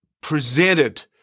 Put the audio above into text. presented